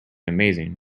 amazing